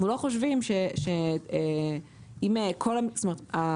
זאת אומרת,